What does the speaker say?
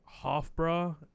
Hofbra